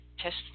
Test